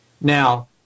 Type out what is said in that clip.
Now